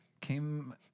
came